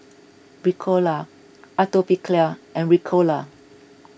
Ricola Atopiclair and Ricola